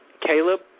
Caleb